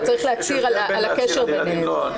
אתה צריך להצהיר על הקשר ביניהם.